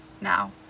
now